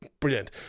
Brilliant